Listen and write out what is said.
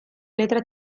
letra